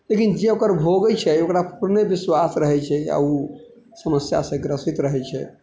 लेकिन जे ओकर भोगै छै ओकरा पूर्ण विश्वास रहै छै आओर ओ समस्यासँ ग्रसित रहै छै